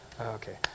Okay